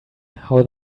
how